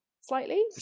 slightly